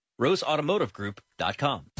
roseautomotivegroup.com